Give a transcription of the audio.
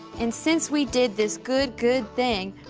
and since we did this good, good thing,